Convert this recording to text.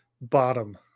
bottom